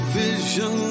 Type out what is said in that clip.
vision